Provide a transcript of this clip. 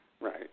Right